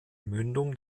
mündung